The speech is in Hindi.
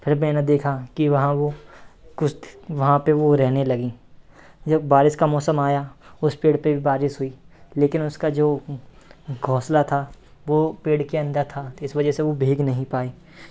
फिर मैंने देखा कि वहाँ वह कुछ वहाँ पर वह रहने लगी जब बारिश का मौसम आया उस पेड़ पर भी बारिश हुई लेकिन उसका जो घोंसला था वह पेड़ के अन्दर था तो इस वज़ह से वह भीग नहीं पाई